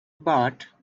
but